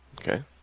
Okay